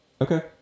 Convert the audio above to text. Okay